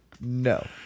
no